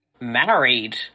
married